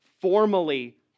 formally